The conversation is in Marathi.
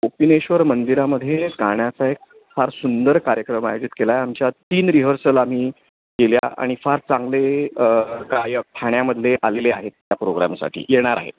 कोपिनेश्वर मंदिरामध्ये गाण्याचा एक फार सुंदर कार्यक्रम आयोजित केला आहे आमच्या तीन रिहर्सल आम्ही केल्या आणि फार चांगले गायक ठाण्यामधले आलेले आहेत त्या प्रोग्रामसाठी येणार आहेत